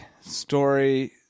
story